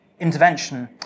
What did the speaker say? intervention